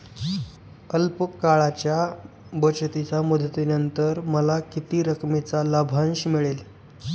अल्प काळाच्या बचतीच्या मुदतीनंतर मला किती रकमेचा लाभांश मिळेल?